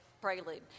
prelude